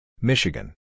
Michigan